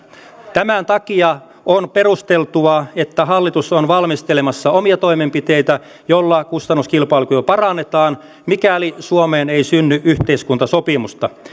tämän takia on perusteltua että hallitus on valmistelemassa omia toimenpiteitä joilla kustannuskilpailukykyä parannetaan mikäli suomeen ei synny yhteiskuntasopimusta